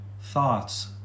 thoughts